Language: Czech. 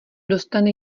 dostane